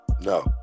No